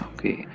Okay